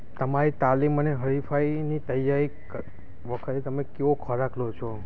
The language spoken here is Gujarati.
તમારી તાલીમ અને હરિફાઈની તૈયારી વખતે તમે ક્યો ખોરાક લો છો